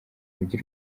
mujyi